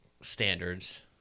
standards